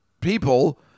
people